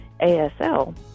ASL